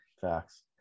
facts